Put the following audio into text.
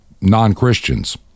non-christians